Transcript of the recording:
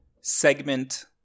segment